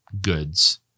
goods